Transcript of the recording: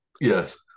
Yes